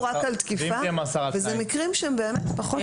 רק על תקיפה ואלה מקרים שהם באמת פחות חמורים.